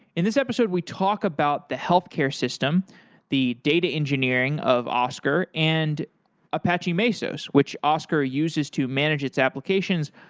in this episode we talk about the healthcare system the data engineering of oscar, and apache mesos, which oscar uses to manage its applications.